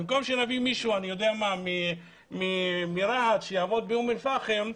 במקום שנביא מישהו מרהט שיעבוד באום אל פאחם,